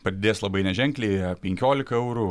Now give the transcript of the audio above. padidės labai neženkliai penkiolika eurų